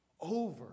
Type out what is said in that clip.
Over